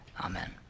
amen